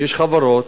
כבוד השר,